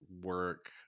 work